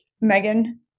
Megan